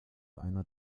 einer